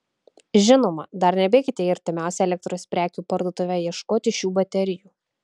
žinoma dar nebėkite į artimiausią elektros prekių parduotuvę ieškoti šių baterijų